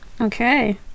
okay